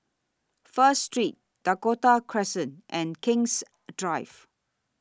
First Street Dakota Crescent and King's Drive